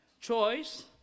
choice